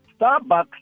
Starbucks